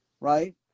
right